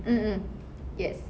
mm mm yes